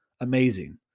amazing